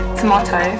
tomato